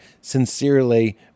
Sincerely